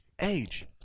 age